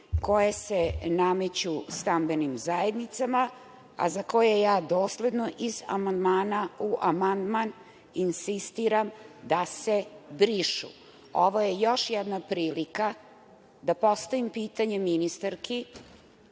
koje se nameću stambenim zajednicama, a za koje ja dosledno iz amandmana u amandman insistiram da se brišu. Ovo je još jedna prilika da postavim pitanje ministarki,